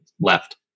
left